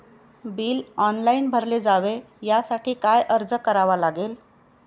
Bill online भरले जावे यासाठी काय अर्ज करावा लागेल?